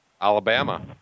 Alabama